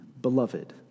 beloved